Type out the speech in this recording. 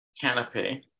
canopy